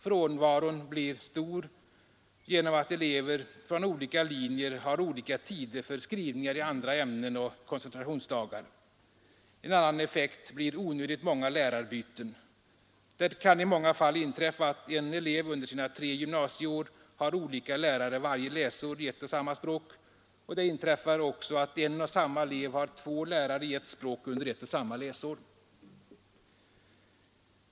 Frånvaron blir ofta stor genom att elever från olika linjer har olika tider för skrivningar i andra ämnen samt koncentrationsdagar. En annan effekt blir onödigt många lärarbyten. Det kan i många fall inträffa att en elev under sina tre gymnasieår har olika lärare varje läsår i ett och samma språk, och det inträffar också att en och samma elev har två lärare i ett språk under ett och samma läsår.